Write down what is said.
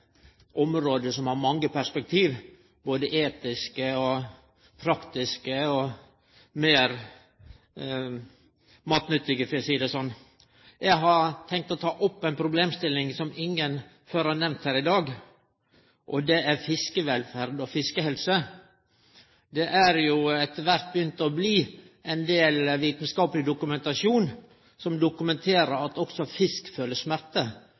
område som har mange perspektiv, etiske, praktiske og meir matnyttige, for å seie det sånn. Eg har tenkt å ta opp ei problemstilling som ingen før har nemnt her i dag, og det er fiskevelferd og fiskehelse. Det er jo etter kvart begynt å bli ein del vitskapeleg dokumentasjon, som dokumenterer at også fisk føler smerte,